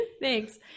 Thanks